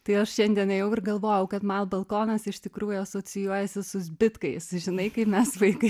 tai aš šiandien ėjau ir galvojau kad man balkonas iš tikrųjų asocijuojasi su zbitkais žinai kai mes vaikai